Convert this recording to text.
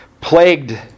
plagued